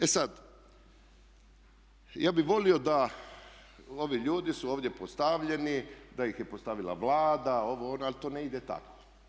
E sad, ja bih volio da ovi ljudi su ovdje postavljeni, da ih je postavila Vlada, ovo, ono ali to ne ide tako.